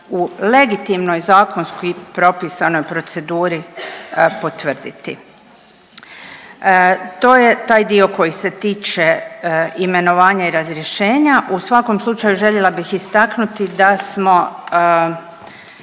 u legitimnoj zakonski propisanoj proceduri potvrditi. To je taj dio koji se tiče imenovanja i razrješenja. U svakom slučaju željela bih istaknuti da smo